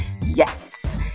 yes